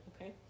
okay